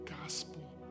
gospel